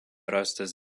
rastas